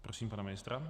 Prosím pana ministra.